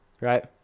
right